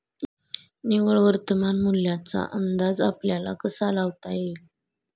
निव्वळ वर्तमान मूल्याचा अंदाज आपल्याला कसा लावता येईल?